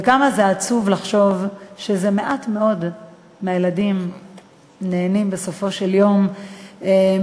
וכמה זה עצוב לחשוב שמעט מאוד מהילדים נהנים בסופו של דבר מהיכולת